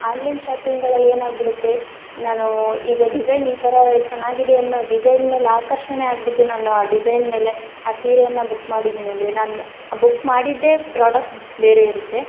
online ಶಾಪಿಂಗಳಲ್ಲಿ ಏನಾಗಿ ಬಿಡುತ್ತೆ ನಾನು ಈಗ ಡಿಸೈನ್ ಈ ಥರ ಚೆನ್ನಾಗಿದೆ ಅನ್ನೋ ಡಿಸೈನ್ ಮೇಲೆ ಆಕರ್ಷಣೆ ಆಗ್ಬಿಟು ನಾನು ಡಿಸೈನ್ ಮೇಲೆ ಆ ಸೀರೆಯನ್ನು ಬುಕ್ ಮಾಡಿದೀನಿ ಅಂದರೆ ನಾನು ಬುಕ್ ಮಾಡಿದ್ದೆ ಪ್ರೊಡಕ್ಟ್ ಬೇರೆ ಇರುತ್ತೆ